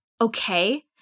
okay